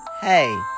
hey